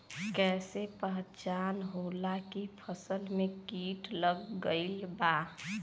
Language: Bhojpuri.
कैसे पहचान होला की फसल में कीट लग गईल बा?